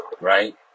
Right